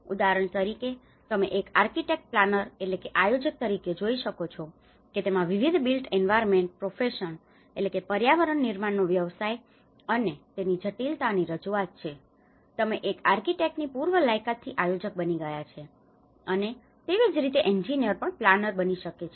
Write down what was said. ઉદાહરણ તરીકે તમે એક આર્કિટેક્ટ પ્લાનર planner આયોજક તરીકે જોઈ શકો છો કે તેમાં વિવિધ built environment profession built environment profession પર્યાવરણ નિર્માણનો વ્યવસાય અને તેની જટિલતાની રજૂઆત છે તમે એક આર્કિટેક્ટની પૂર્વ લાયકાતથી આયોજક બની ગયા છે અને તેવી જ રીતે એન્જિનિયર પણ પ્લાનર બની શકે છે